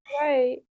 Right